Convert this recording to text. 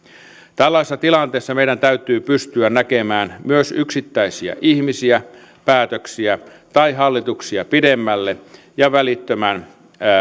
tällaisessa tilanteessa meidän täytyy pystyä näkemään myös yksittäisiä ihmisiä päätöksiä tai hallituksia pidemmälle ja välittömän